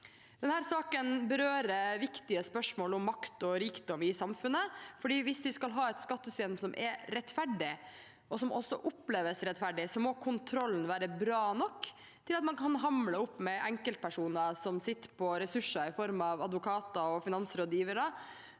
Denne saken berører viktige spørsmål om makt og rikdom i samfunnet. Hvis vi skal ha et skattesystem som er rettferdig, og som også oppleves rettferdig, må kontrollen være bra nok til at man kan hamle opp med enkeltpersoner som sitter på ressurser i form av advokater og finansrådgivere,